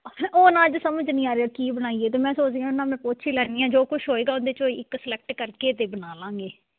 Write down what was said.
ਉਹ ਨਾ ਅੱਜ ਸਮਝ ਨਹੀਂ ਆ ਰਿਹਾ ਕੀ ਬਣਾਈਏ ਅਤੇ ਮੈਂ ਸੋਚਦੀ ਹਾਂ ਉਹਨਾਂ ਨੂੰ ਪੁੱਛ ਹੀ ਲੈਂਦੀ ਹਾਂ ਜੋ ਕੁਛ ਹੋਏਗਾ ਉਹਦੇ 'ਚ ਇੱਕ ਸਲੈਕਟ ਕਰਕੇ ਤਾਂ ਬਣਾ ਲਵਾਂਗੇ